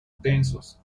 densos